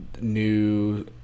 new